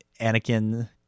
Anakin